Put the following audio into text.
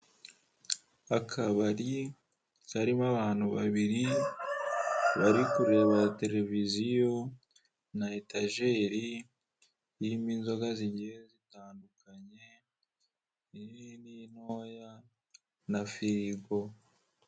Akabari karimo abantu babiri bari kureba televiziyo na etajeri irimo inzoga zigiye zitandukanye, inini n'intoya na firigo.